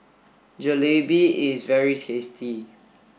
Jalebi is very tasty